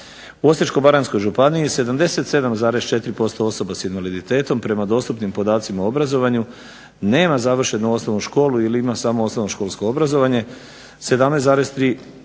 U Osječko-baranjskoj županiji 77,4% osobe sa invaliditetom prema dostupnim podacima u obrazovanju nema završenu osnovnu školu ili ima samo osnovnoškolsko obrazovanje. 17,3